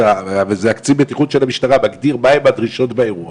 וזה קצין הבטיחות של המשטרה שמגדיר מה הן הדרישות באירוע,